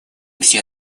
все